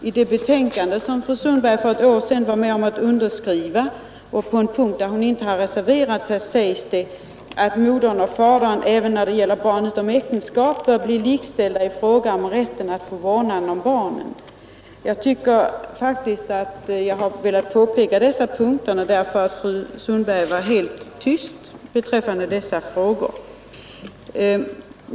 I det betänkande som fru Sundberg för ett år sedan var med om att skriva under och på en punkt där hon inte har reserverat sig sägs det att modern och fadern även när det gäller barn utom äktenskap bör vara likställda i fråga om rättigheten att få vårdnaden om barnen. Jag har velat peka på dessa punkter, därför att fru Sundberg var helt tyst beträffande dem.